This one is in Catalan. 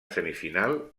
semifinal